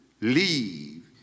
leave